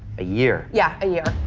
a year? yeah, a year.